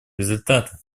результата